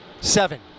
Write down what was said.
Seven